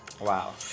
Wow